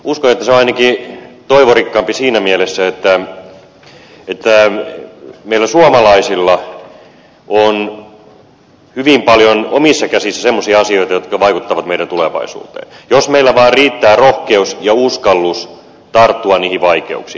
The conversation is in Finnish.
uskon että se on ainakin toivorikkaampi siinä mielessä että meillä suomalaisilla on hyvin paljon omissa käsissämme semmoisia asioita jotka vaikuttavat meidän tulevaisuuteen jos meillä vaan riittää rohkeus ja uskallus tarttua niihin vaikeuksiin